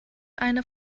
eine